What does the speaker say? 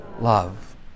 love